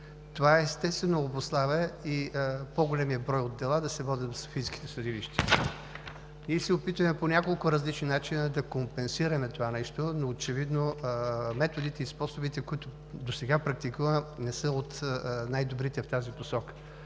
Това, естествено, обуславя и по-големият брой дела да се водят от софийските съдилища. Ние се опитваме по няколко различни начина да компенсираме това нещо, но очевидно методите и способите, които досега практикуваме, не са от най-добрите в тази посока.